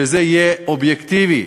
שזה יהיה אובייקטיבי,